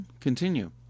continue